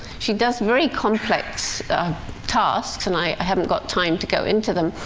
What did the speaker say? she does very complex tasks, and i haven't got time to go into them,